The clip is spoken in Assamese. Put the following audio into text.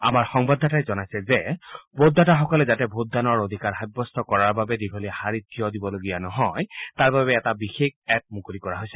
আমাৰ সংবাদদাতাই জনাইছে যে ভোটদাতাসকলে যাতে ভোটদানৰ অধিকাৰ সাব্যস্ত কৰাৰ বাবে দীঘলীয়া শাৰীত থিয় দিবলগীয়া নহয় তাৰবাবে এটা বিশেষ এপ মুকলি কৰা হৈছে